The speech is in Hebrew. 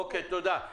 אוקיי, תודה.